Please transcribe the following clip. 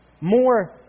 more